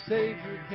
Savior